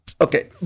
okay